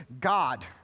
God